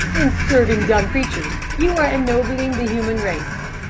in serving dumb creatures, you are ennobling the human race.